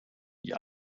die